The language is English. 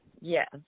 Yes